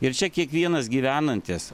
ir čia kiekvienas gyvenantis